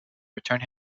returned